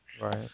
Right